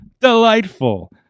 delightful